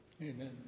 Amen